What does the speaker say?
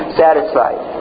satisfied